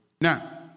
Now